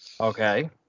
okay